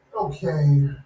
okay